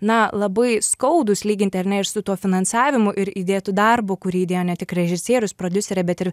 na labai skaudūs lyginti ar ne ir su tuo finansavimu ir įdėtu darbu kurį įdėjo ne tik režisierius prodiuserė bet ir